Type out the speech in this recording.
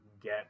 get